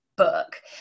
book